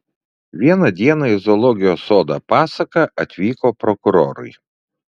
vieną dieną į zoologijos sodą pasaką atvyko prokurorai